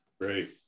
Great